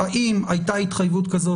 יש לי אי-נחת מאוד גדולה מהדיון הזה,